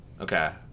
okay